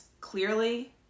clearly